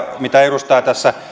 mitä edustaja